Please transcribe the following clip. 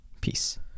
Peace